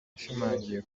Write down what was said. yashimangiye